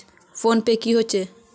Phone पै की होचे?